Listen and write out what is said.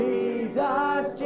Jesus